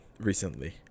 recently